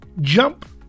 jump